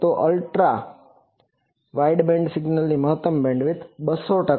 તો ultra wideband સિગ્નલની મહત્તમ બેન્ડવિડ્થ છે 200 ટકા